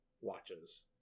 watches